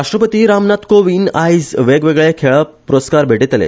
राष्ट्रपती रामनाथ कोविंद आयज वेगवेगळे खेळा प्रस्कार भेटयतले